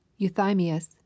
Euthymius